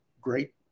great